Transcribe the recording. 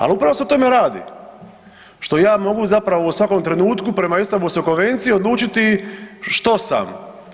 Al upravo se o tome radi, što ja mogu zapravo u svakom trenutku prema Istambulskoj konvenciji odlučiti što sam.